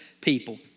people